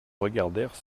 regardèrent